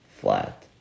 flat